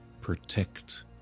protect